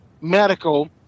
medical